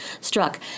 Struck